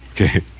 okay